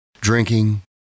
Drinking